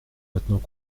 maintenant